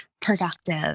productive